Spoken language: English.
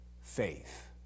faith